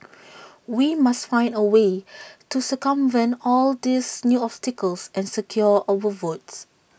we must find A way to circumvent all these new obstacles and secure our votes